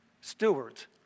stewards